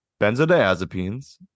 benzodiazepines